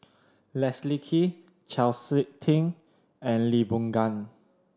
Leslie Kee Chau Sik Ting and Lee Boon Ngan